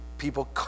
people